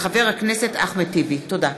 תודה.